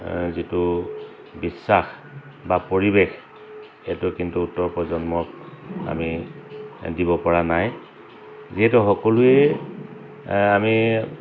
যিটো বিশ্বাস বা পৰিৱেশ এইটো কিন্তু উত্তৰ প্ৰজন্মক আমি দিবপৰা নাই যিহেতু সকলোৱে আমি